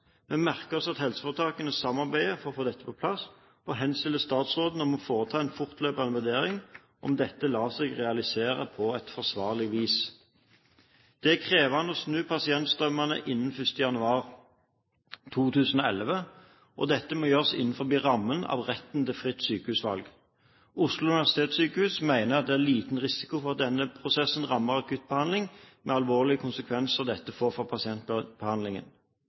Vi merker oss at helseforetakene samarbeider for å få dette på plass, og henstiller til statsråden å foreta en fortløpende vurdering av om dette lar seg realisere på et forsvarlig vis. Det er krevende å snu pasientstrømmene innen 1. januar 2011, og dette må gjøres innenfor rammen av retten til fritt sykehusvalg. Oslo universitetssykehus mener at det er liten risiko for at denne prosessen rammer akuttbehandling, med de alvorlige konsekvenser dette vil få for pasientbehandlingen.